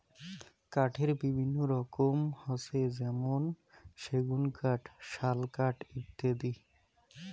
কাঠের বিভিন্ন রকম হসে যেমন সেগুন কাঠ, শাল কাঠ ইত্যাদি